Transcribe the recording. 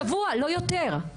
שבוע, לא יותר.